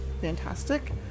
Fantastic